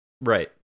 right